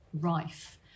rife